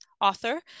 author